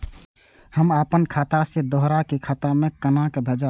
हम आपन खाता से दोहरा के खाता में केना भेजब?